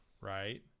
right